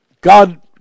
God